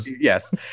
Yes